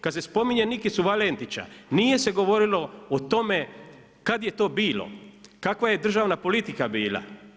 Kad se spominje Nikicu Valentića, nije se govorilo o tome kad je to bilo, kakva je državna politika bila.